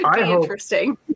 interesting